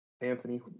Anthony